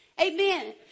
Amen